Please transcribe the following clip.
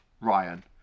Ryan